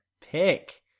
pick